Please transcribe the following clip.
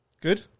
Good